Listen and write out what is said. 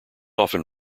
often